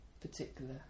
particular